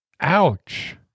Ouch